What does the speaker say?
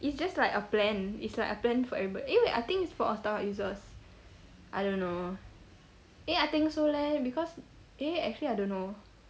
it's just like a plan it's like a plan for everyb~ eh wait I think it's for Starhub users I don't know eh I think so leh because eh actually I don't know